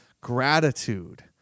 Gratitude